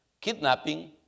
kidnapping